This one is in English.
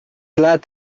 glad